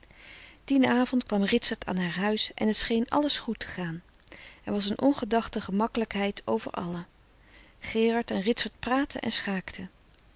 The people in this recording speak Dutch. dien avond kwam ritsert aan haar huis en het scheen alles goed te gaan er was een ongedachte gemakkelijkheid over allen gerard en ritsert praatten en schaakten